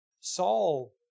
Saul